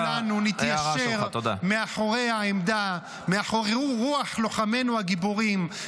כדאי שכולנו נתיישר מאחורי רוח לוחמינו הגיבורים,